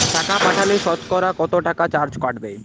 টাকা পাঠালে সতকরা কত টাকা চার্জ কাটবে?